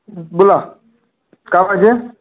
बोला काय पाहिजे